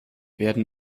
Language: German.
werden